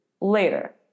later